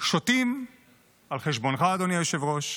שותים על חשבונך, אדוני היושב-ראש,